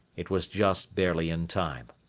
it was just barely in time.